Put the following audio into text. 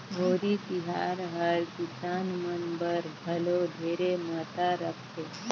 होरी तिहार हर किसान मन बर घलो ढेरे महत्ता रखथे